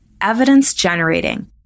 evidence-generating